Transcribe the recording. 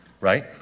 right